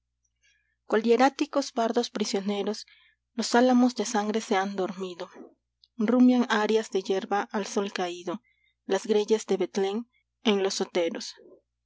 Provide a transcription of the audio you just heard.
cual hieráticos bardos prisioneros los álamos de sangre se han dormido rumian arias de yerba al sol caído las greyes de betlén en los oteros